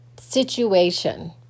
situation